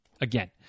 again